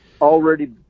already